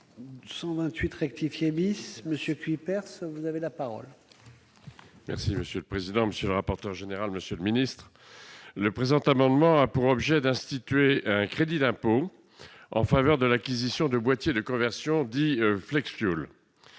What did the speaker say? Le présent amendement a pour objet d'instituer un crédit d'impôt en faveur de l'acquisition de boîtiers de conversion dits « flexfuel ».